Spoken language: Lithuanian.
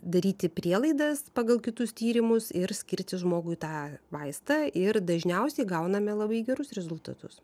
daryti prielaidas pagal kitus tyrimus ir skirti žmogui tą vaistą ir dažniausiai gauname labai gerus rezultatus